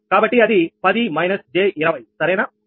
04కాబట్టి అది 10 − j 20 అవునా